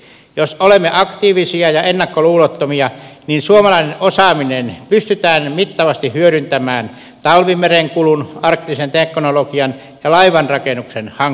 jos olemme aktiivisia ja ennakkoluulottomia suomalainen osaaminen pystytään mittavasti hyödyntämään talvimerenkulun arktisen teknologian ja laivanrakennuksen hankkeissa